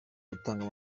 gutanga